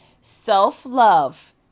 Self-love